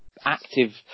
active